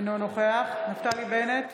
אינו נוכח נפתלי בנט,